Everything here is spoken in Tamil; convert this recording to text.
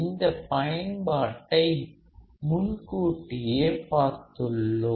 இந்த பயன்பாட்டை முன்கூட்டியே பார்த்துள்ளோம்